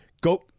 Go